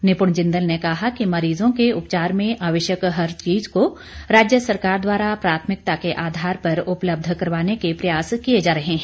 निपुण जिंदल ने कहा कि मरीजों के उपचार में आवश्यक हर चीज को राज्य सरकार द्वारा प्रथामिकता के आधार पर उपलब्ध करवाने के प्रयास किये जा रहे हैं